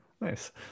Nice